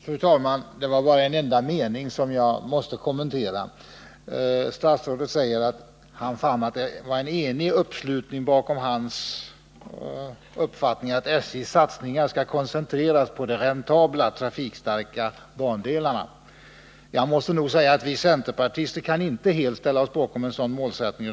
Fru talman! En enda mening i kommunikationsministerns inlägg måste jag kommentera. Statsrådet Adelsohn säger att han fann att det var en enig uppslutning bakom hans uppfattning att SJ:s satsningar skall koncentreras på de räntabla, trafikstarka bandelarna. Jag måste nog säga att vi centerpartister kan inte helt ställa oss bakom en sådan målsättning.